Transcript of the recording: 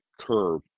curve